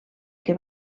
que